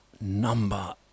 number